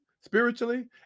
spiritually